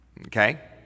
Okay